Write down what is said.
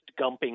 gumping